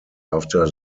after